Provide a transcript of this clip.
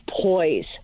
poise